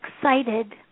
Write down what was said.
excited